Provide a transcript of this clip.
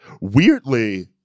weirdly